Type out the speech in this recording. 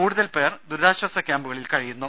കൂടുതൽ പേർ ദുരിതാശ്വാസ ക്യാമ്പുകളിൽ കഴിയുന്നു